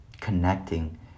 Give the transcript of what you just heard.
connecting